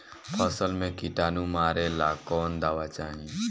फसल में किटानु मारेला कौन दावा चाही?